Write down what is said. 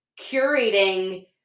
curating